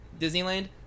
Disneyland